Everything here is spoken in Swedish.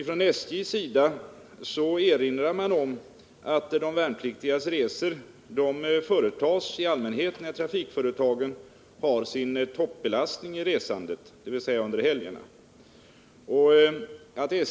Från SJ erinrar man om att de värnpliktigas resor i allmänhet företas när trafikföretagen har sin toppbelastning i resandet, dvs. under helgerna.